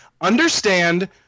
understand